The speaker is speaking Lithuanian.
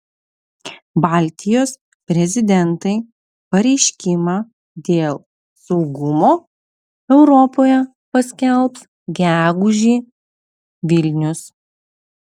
baltijos prezidentai pareiškimą dėl saugumo europoje paskelbs gegužį vilnius